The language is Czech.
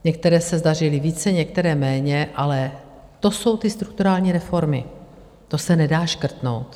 Některé se zdařily více, některé méně, ale to jsou ty strukturální reformy, to se nedá škrtnout.